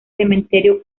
cementerio